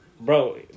Bro